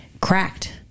cracked